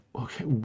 okay